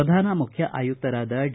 ಪ್ರಧಾನ ಮುಖ್ಯ ಆಯುಕ್ತರಾದ ಡಿ